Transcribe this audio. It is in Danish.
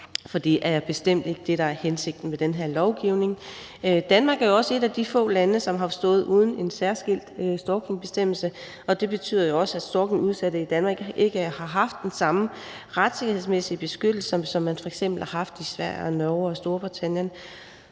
For det er bestemt ikke det, der er hensigten med den her lovgivning. Danmark er jo også et af de få lande, som har stået uden en særskilt stalkingbestemmelse, og det betyder også, at stalkingudsatte i Danmark ikke har haft den samme retssikkerhedsmæssige beskyttelse, som man f.eks. har haft i Sverige, Norge og Storbritannien,